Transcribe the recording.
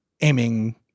aiming